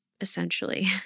essentially